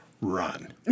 run